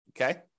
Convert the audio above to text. Okay